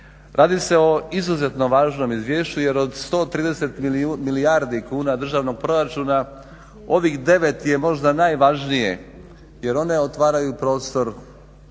Radi se o izuzetno važnom izvješću jer od 130 milijardi kuna državnog proračuna ovih 9 je možda najvažnije jer one otvaraju prostor